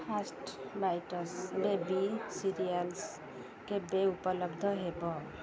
first bites baby cereals କେବେ ଉପଲବ୍ଧ ହେବ